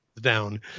down